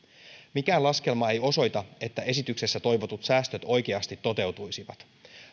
mikään laskelma ei osoita että esityksessä toivotut säästöt oikeasti toteutuisivat